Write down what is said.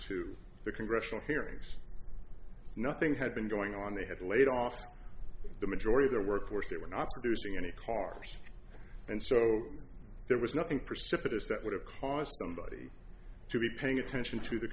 to the congressional hearings nothing had been going on they had laid off the majority of their workforce that we're not doing any cars and so there was nothing precipitous that would have cost somebody to be paying attention to the